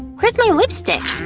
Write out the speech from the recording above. where's my lipstick?